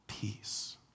peace